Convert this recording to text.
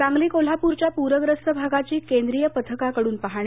सांगली कोल्हापूरच्या पूर्यस्त भागाची केंद्रीय पथकाकडून पाहाणी